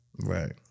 Right